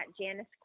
janice